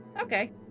okay